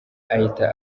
ahita